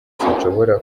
sinshobora